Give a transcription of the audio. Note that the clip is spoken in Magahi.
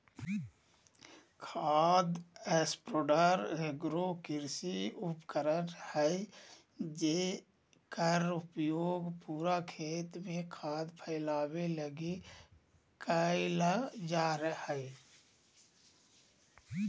खाद स्प्रेडर एगो कृषि उपकरण हइ जेकर उपयोग पूरा खेत में खाद फैलावे लगी कईल जा हइ